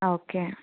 okay